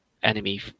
enemy